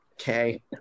okay